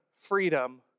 freedom